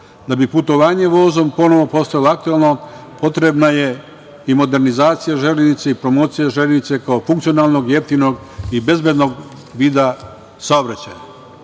bi putovanje vozom ponovo postalo aktuelno potrebna je i modernizacija „Železnice“ i promocija „Železnice“ kao funkcionalnog, jeftinog i bezbednog vida saobraćaja. Upravo